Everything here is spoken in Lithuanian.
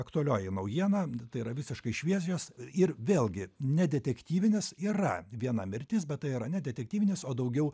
aktualioji naujiena tai yra visiškai šviežias ir vėlgi ne detektyvinis yra viena mirtis bet tai yra ne detektyvinis o daugiau